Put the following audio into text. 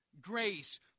grace